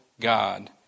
God